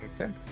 Okay